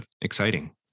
exciting